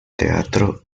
teatro